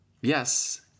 Yes